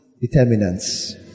determinants